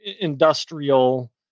industrial